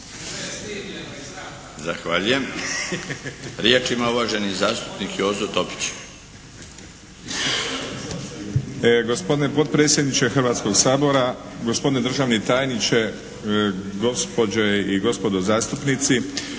Zahvaljujem. Riječ ima uvaženi zastupnik Jozo Topić. **Topić, Jozo (HDZ)** Gospodine potpredsjedniče Hrvatskog sabora, gospodine državni tajniče, gospođe i gospodo zastupnici.